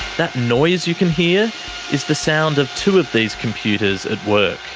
that noise you can hear is the sound of two of these computers at work.